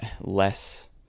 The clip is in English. less